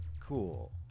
Cool